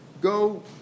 Go